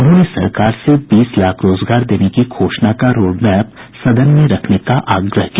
उन्होंने सरकार से बीस लाख रोजगार देने की घोषणा का रोडमैप सदन में रखने का आग्रह किया